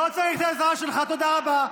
לא צריך את העזרה שלך, תודה רבה.